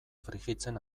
frijitzen